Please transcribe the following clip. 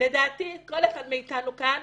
לדעתי כל אחד מאתנו כאן